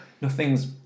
nothing's